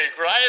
right